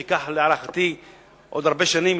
זה ייקח להערכתי עוד הרבה שנים,